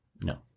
No